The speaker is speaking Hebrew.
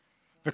למרבה ההפתעה.